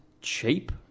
cheap